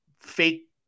fake